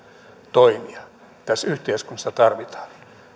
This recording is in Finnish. toimia tässä yhteiskunnassa tarvitaan